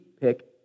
pick